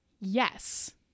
yes